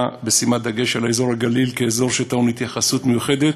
בשימת דגש על אזור הגליל כאזור שטעון התייחסות מיוחדת